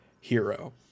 hero